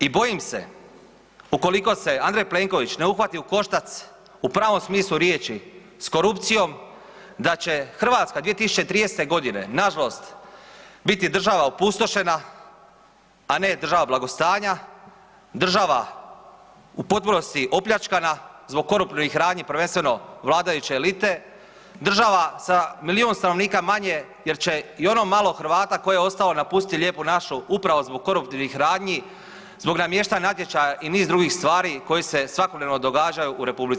I bojim se ukoliko se Andrej Plenković ne uhvati u koštac u pravom smislu riječi sa korupcijom da će Hrvatska 2030. godine na žalost biti država opustošena, a ne država blagostanja, država u potpunosti opljačkana zbog koruptivnih radnji prvenstveno vladajuće elite, država sa milijun stanovnika manje jer će i ono malo Hrvata koje je ostalo napustiti lijepu našu upravo zbog koruptivnih radnji, zbog namještanja natječaja i niz drugih stvari koje se svakodnevno događaju u Republici Hrvatskoj.